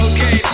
Okay